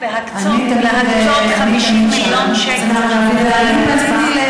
רוצות את עזרתך להקצות 50 מיליון שקל,